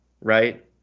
right